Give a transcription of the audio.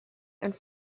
and